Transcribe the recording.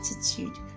attitude